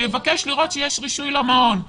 שיבקש לראות שיש רישוי למעון.